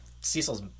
Cecil's